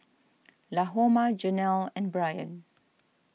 Lahoma Janelle and Brynn